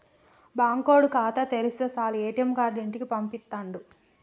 బాంకోడు ఖాతా తెరిస్తె సాలు ఏ.టి.ఎమ్ కార్డు ఇంటికి పంపిత్తుండు